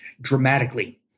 dramatically